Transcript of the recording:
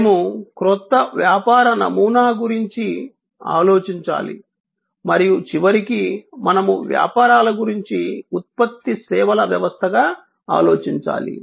మేము క్రొత్త వ్యాపార నమూనా గురించి ఆలోచించాలి మరియు చివరికి మనము వ్యాపారాల గురించి ఉత్పత్తి సేవల వ్యవస్థగా ఆలోచించాలి